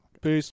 Peace